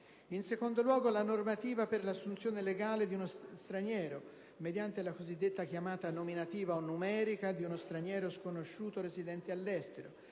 In secondo luogo, la normativa per l'assunzione legale di uno straniero (mediante la cosiddetta chiamata nominativa o numerica di uno straniero sconosciuto residente all'estero)